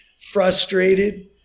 frustrated